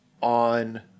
on